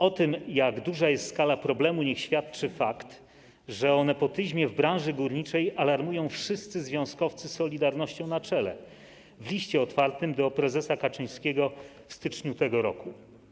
O tym, jak duża jest skala problemu, niech świadczy fakt, że w sprawie nepotyzmu w branży górniczej alarmują wszyscy związkowcy, z „Solidarnością” na czele, w liście otwartym do prezesa Kaczyńskiego ze stycznia tego roku.